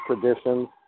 traditions